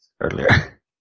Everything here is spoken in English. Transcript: earlier